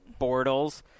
Bortles